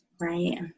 Right